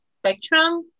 spectrum